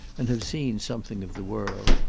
and have seen something of the world.